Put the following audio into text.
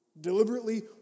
Deliberately